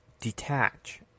detach